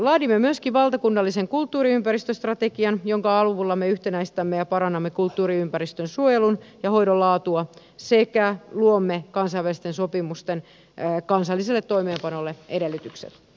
laadimme myöskin valtakunnallisen kulttuuriympäristöstrategian jonka avulla me yhtenäistämme ja parannamme kulttuuriympäristön suojelun ja hoidon laatua sekä luomme kansainvälisten sopimusten kansalliselle toimeenpanolle edellytykset